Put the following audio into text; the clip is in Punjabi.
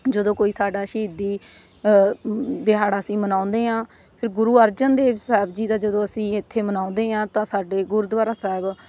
ਜਦੋਂ ਕੋਈ ਸਾਡਾ ਸ਼ਹੀਦੀ ਦਿਹਾੜਾ ਅਸੀਂ ਮਨਾਉਂਦੇ ਹਾਂ ਫਿਰ ਗੁਰੂ ਅਰਜਨ ਦੇਵ ਸਾਹਿਬ ਜੀ ਦਾ ਜਦੋਂ ਅਸੀਂ ਇੱਥੇ ਮਨਾਉਂਦੇ ਹਾਂ ਤਾਂ ਸਾਡੇ ਗੁਰਦੁਆਰਾ ਸਾਹਿਬ